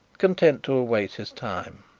content to await his time.